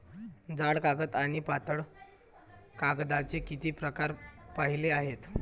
जाड कागद आणि पातळ कागदाचे किती प्रकार पाहिले आहेत?